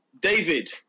David